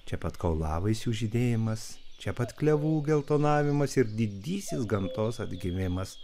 čia pat kaulavaisių žydėjimas čia pat klevų geltonavimas ir didysis gamtos atgimimas